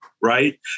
right